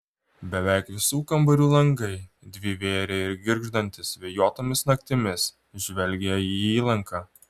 beveik visų kambarių langai dvivėriai ir girgždantys vėjuotomis naktimis žvelgia į įlanką